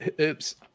Oops